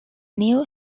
new